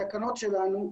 התקנות שלנו,